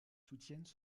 soutiennent